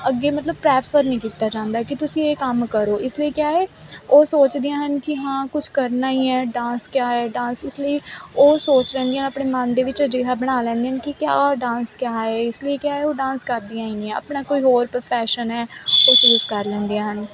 ਅੱਗੇ ਮਤਲਬ ਪ੍ਰੈਫਰ ਨਹੀਂ ਕੀਤਾ ਜਾਂਦਾ ਕਿ ਤੁਸੀਂ ਇਹ ਕੰਮ ਕਰੋ ਇਸ ਲਈ ਕਿਹਾ ਹ ਉਹ ਸੋਚਦੀਆਂ ਹਨ ਕਿ ਹਾਂ ਕੁਝ ਕਰਨਾ ਹੀ ਹ ਡਾਂਸ ਕਿਆ ਹ ਡਾਂਸ ਇਸ ਲਈ ਉਹ ਸੋਚ ਰਹਿੰਦੀਆਂ ਆਪਣੇ ਮਨ ਦੇ ਵਿੱਚ ਅਜਿਹਾ ਬਣਾ ਲੈਂਦੇ ਹਨ ਕਿ ਕਿਆ ਡਾਂਸ ਕਿਆ ਹ ਇਸ ਲਈ ਕਿਆ ਏ ਉਹ ਡਾਂਸ ਕਰਦੀਆਂ ਨੀ ਆਪਣਾ ਕੋਈ ਹੋਰ ਪ੍ਰੋਫੈਸ਼ਨ ਐ ਉਹ ਚੂਜ਼ ਕਰ ਲੈਂਦੀਆਂ ਹਨ